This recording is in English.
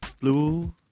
Blue